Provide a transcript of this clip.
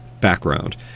background